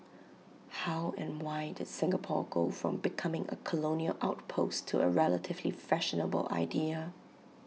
how and why did Singapore go from becoming A colonial outpost to A relatively fashionable idea